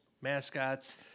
mascots